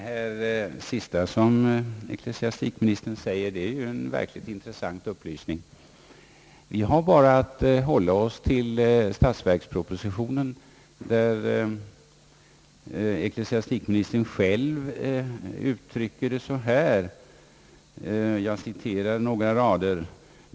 Herr talman! Ecklesiastikministerns senaste inlägg innehöll en verkligt intressant upplysning. Vi har bara haft att hålla oss till statsverkspropositionen, där ecklesiastikministern uttrycker sig så här: ».